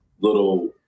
little